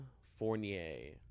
fournier